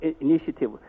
initiative